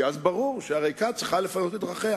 כי אז ברור שהריקה צריכה לפנות את הדרך.